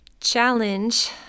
challenge